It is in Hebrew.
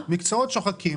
מקצועות שוחקים.